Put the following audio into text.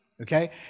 Okay